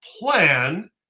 plan